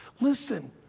Listen